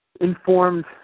informed